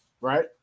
right